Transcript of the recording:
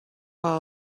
all